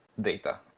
data